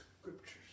scriptures